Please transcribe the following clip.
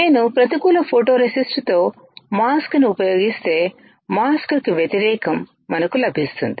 నేను ప్రతికూల ఫోటోరేసిస్ట్తో మాస్క్ ని ఉపయోగిస్తే మాస్క్ కు వ్యతిరేకం మనకు లభిస్తుంది